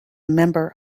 member